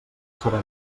serà